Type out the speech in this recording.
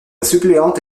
suppléante